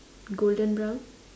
golden brown